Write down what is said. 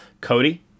Cody